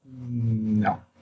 No